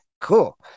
cool